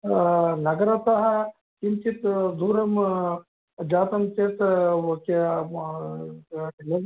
नगरतः किञ्चित् दूरं जातं चेत् ओके